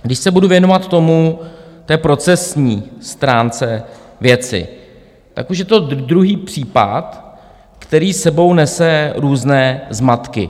Když se budu věnovat procesní stránce věci, tak už je to druhý případ, který s sebou nese různé zmatky.